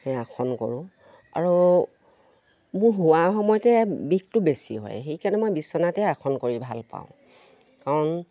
সেই আসন কৰোঁ আৰু মোৰ হোৱা সময়তে বিষটো বেছি হয় সেইকাৰণে মই বিচনাতে আসন কৰি ভাল পাওঁ কাৰণ